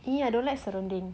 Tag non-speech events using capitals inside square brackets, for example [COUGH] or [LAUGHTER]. [NOISE] I don't like serunding